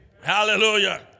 hallelujah